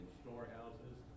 storehouses